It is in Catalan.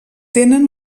tenen